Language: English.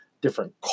different